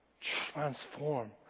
transform